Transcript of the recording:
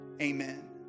amen